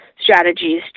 strategies